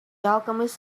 alchemist